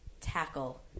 tackle